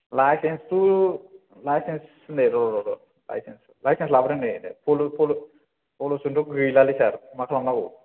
licence थ' licence नै र' लाइसेन्स लाबोदों नै पलुसन थ' गैलालै सार मा खालामनांगौ